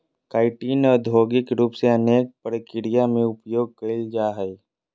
chitin औद्योगिक रूप से अनेक प्रक्रिया में उपयोग कइल जाय हइ